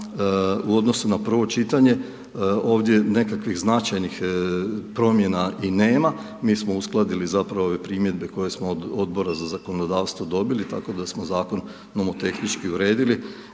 u odnosu na prvo čitanje, ovdje nekakvih značajnih promjena i nema, mi smo uskladili, zapravo, ove primjedbe koje smo od Odbora za zakonodavstvo dobili, tako da smo Zakon nomotehnički uredili.